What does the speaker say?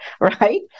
right